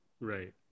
Right